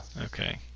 okay